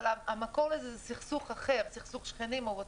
אבל המקור לזה הוא סכסוך אחר, סכסוך שכנים או אחר.